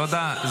תודה.